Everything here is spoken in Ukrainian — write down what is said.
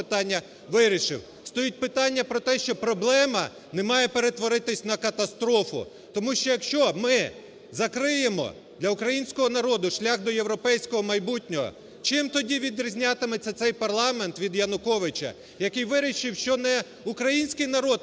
це питання вирішив. Стоїть питання про те, що проблема не має перетворитися на катастрофу, тому що, якщо ми закриємо для українського народу шлях до європейського майбутнього, чим тоді відрізнятиметься цей парламент від Януковича, який вирішив, що не український народ